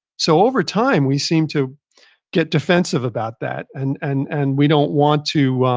so over time, we seem to get defensive about that and and and we don't want to